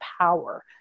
power